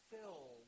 filled